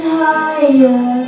higher